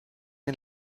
den